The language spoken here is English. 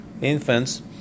infants